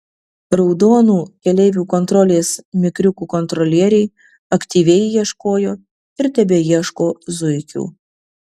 raudonų keleivių kontrolės mikriukų kontrolieriai aktyviai ieškojo ir tebeieško zuikių